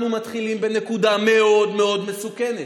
אנחנו מתחילים בנקודה מאוד מאוד מסוכנת.